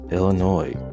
Illinois